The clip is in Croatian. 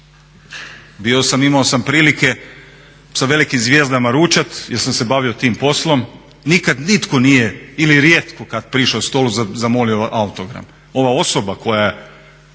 rukoljub. Imao sam prilike sa velikim zvijezdama ručati jer sam se bavio tim poslom, nikad nitko nije ili rijetko kada prišao stolu i zamolio autogram. Ova osoba koja je